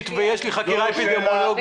חלופית ויש לי חקירה אפידמיולוגית --- סלח לי,